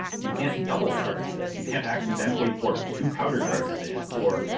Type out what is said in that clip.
you can't double charge this, you can't accidentally pour two powder charges in or.